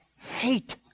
hate